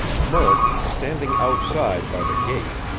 murk, standing outside by the gate,